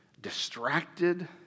distracted